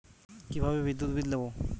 কিভাবে বিদ্যুৎ বিল দেবো?